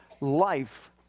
life